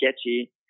sketchy